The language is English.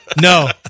No